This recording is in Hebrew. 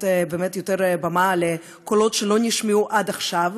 באמת יותר במה לקולות שלא נשמעו עד עכשיו.